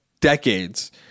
decades